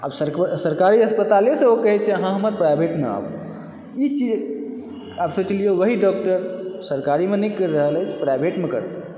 अब सरकारी अस्पताले से ओ कहै छै अहाँ हमर प्राइवेटमे आबु ई चीज आब सोचि लिऔ ओहि डॉक्टर सरकारीमे नहि करि रहल अछि प्राइवेटमे करतय